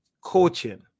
coaching